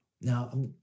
Now